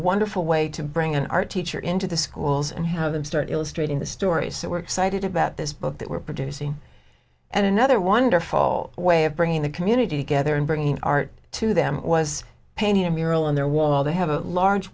wonderful way to bring an art teacher into the schools and have them start illustrating the stories that we're excited about this book that we're producing and another wonderful way of bringing the community together and bringing art to them was painting a mural on their wall they have a large